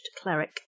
cleric